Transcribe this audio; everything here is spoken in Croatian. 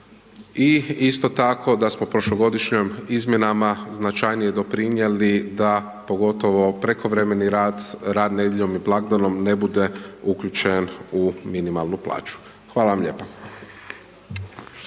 i isto tako da smo prošlogodišnjom izmjenama značajnije doprinijeli da, pogotovo prekovremeni rad, rad nedjeljom i blagdanom ne bude uključen u minimalnu plaću. Hvala vam lijepa.